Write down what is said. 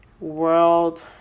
World